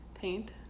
Paint